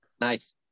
Nice